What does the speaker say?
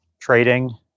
trading